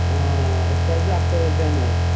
آ أسۍ حظ چھِ اَختر حُسین حظ